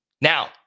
Now